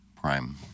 Prime